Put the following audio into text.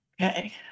Okay